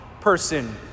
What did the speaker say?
person